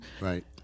Right